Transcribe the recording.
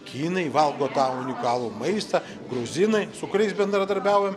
kinai valgo tą unikalų maistą gruzinai su kuriais bendradarbiaujam